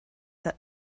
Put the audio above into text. that